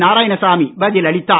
நாராயணசாமி பதில் அளித்தார்